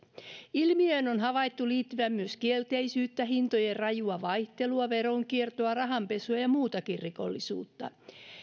ilmiöön on havaittu liittyvän myös kielteisyyttä hintojen rajua vaihtelua veronkiertoa rahanpesua ja ja muutakin rikollisuutta